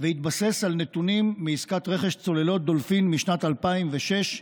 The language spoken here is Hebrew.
והתבסס על נתונים מעסקת רכש צוללות דולפין משנת 2006,